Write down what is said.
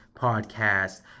podcast